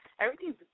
Everything's